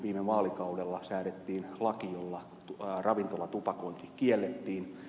viime vaalikaudella säädettiin laki jolla ravintolatupakointi kiellettiin